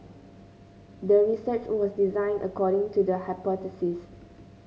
the research was designed according to the hypothesis